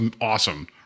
awesome